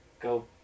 go